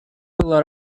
было